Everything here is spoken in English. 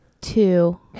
Two